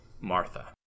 Martha